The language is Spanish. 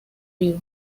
vivo